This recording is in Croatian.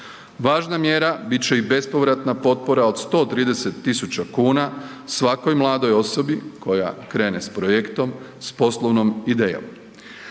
Važna mjera bit će i bespovratna potpora od 130.000 kuna svakoj mladoj osobi koja krene s projektom s poslovnom idejom.